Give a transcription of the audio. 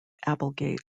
applegate